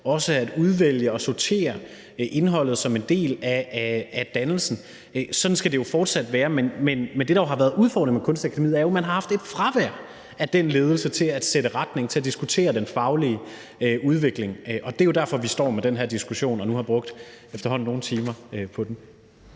også at udvælge og sortere indholdet som en del af dannelsen. Sådan skal det fortsat være, men det, der jo har været udfordringen med Kunstakademiet, er, at man har haft et fravær af den ledelse til at sætte retning og til at diskutere den faglige udvikling, og det er jo derfor, vi står med den her diskussion og nu har brugt efterhånden nogle timer på den.